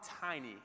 tiny